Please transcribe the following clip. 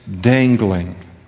dangling